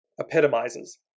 epitomizes